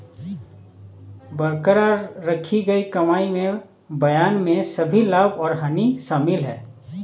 बरकरार रखी गई कमाई में बयान में सभी लाभ और हानि शामिल हैं